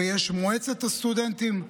ויש מועצת הסטודנטים,